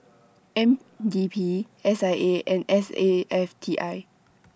N D P S I A and S A F T I